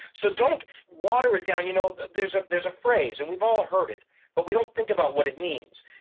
so don't water it down. you know there's there's a phrase, and we've all heard it but we don't think about what it means.